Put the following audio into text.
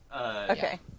Okay